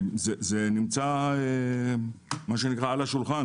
זה נמצא על השולחן.